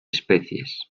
especies